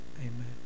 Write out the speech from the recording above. amen